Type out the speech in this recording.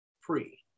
Free